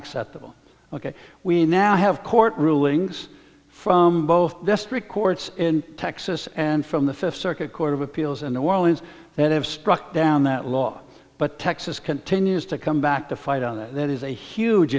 acceptable ok we now have court rulings from both district courts in texas and from the fifth circuit court of appeals in new orleans that have struck down that law but texas continues to come back to fight and that is a huge